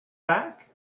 back